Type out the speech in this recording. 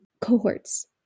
cohorts